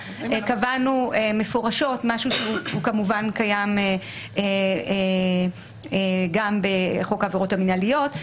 קבענו מפורשת משהו שהוא כמובן קיים גם בחוק העבירות המינהליות.